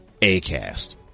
Acast